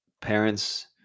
parents